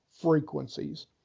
frequencies